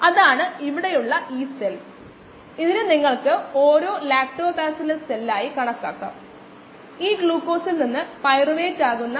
അതിനാൽ 10ത്തിന്റെയും 20ത്തിന്റെയും കേന്ദ്ര ബിന്ദു 15 മിനിറ്റ് ആണ് ഈ പ്രദേശത്തെ ലീനിയർ കുറയുന്നുവെന്ന് കരുതുക 17